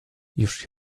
już